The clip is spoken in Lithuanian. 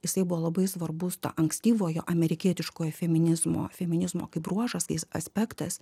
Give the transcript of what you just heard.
jisai buvo labai svarbus to ankstyvojo amerikietiškojo feminizmo feminizmo kaip bruožas kais aspektas